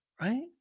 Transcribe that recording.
right